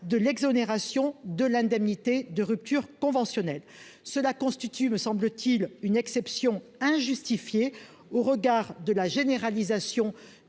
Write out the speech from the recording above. de l'exonération de l'indemnité de rupture conventionnelle, cela constitue, me semble-t-il une exception injustifiée au regard de la généralisation